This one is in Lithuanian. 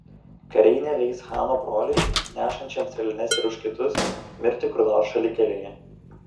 kariai neleis chano broliui nešančiam strėlines ir už kitus mirti kur nors šalikelėje